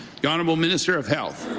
the honourable minister of health.